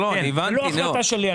זו לא החלטה שלי.